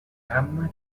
gamma